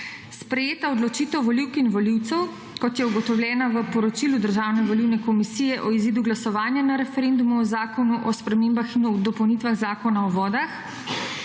sprejeta odločitev volivk in volivcev, kot je ugotovljeno v poročilu državne volilne komisije o izidu glasovanja na referendumu o Zakonu o spremembah in dopolnitvah Zakona o vodah,